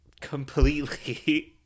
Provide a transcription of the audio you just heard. completely